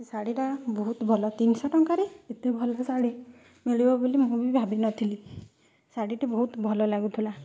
ସେ ଶାଢ଼ୀଟା ବହୁତ ଭଲ ତିନିଶହ ଟଙ୍କାରେ ଏତେ ଭଲ ଶାଢ଼ୀ ମିଳିବ ବୋଲି ମୁଁ ବି ଭାବିନଥିଲି ଶାଢ଼ୀଟି ବହୁତ ଭଲ ଲାଗୁଥିଲା